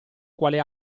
quale